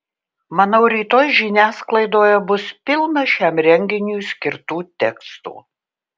manau rytoj žiniasklaidoje bus pilna šiam renginiui skirtų tekstų